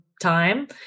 time